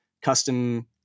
custom